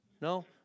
No